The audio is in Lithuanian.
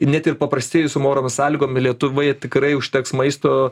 net ir paprastėjusiom oro sąlygom lietuvoje tikrai užteks maisto